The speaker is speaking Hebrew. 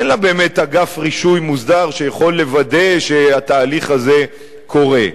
אין לה באמת אגף רישוי מוסדר שיכול לוודא שהתהליך הזה קורה.